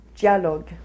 dialogue